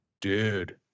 dude